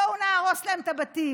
בואו נהרוס להם את הבתים.